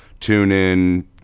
TuneIn